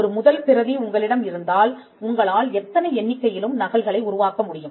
ஒரு முதல் பிரதி உங்களிடம் இருந்தால் உங்களால் எத்தனை எண்ணிக்கையிலும் நகல்களை உருவாக்க முடியும்